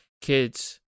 kids